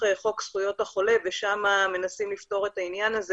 חוק זכויות החולה ושם מנסים לפתור את העניין הזה.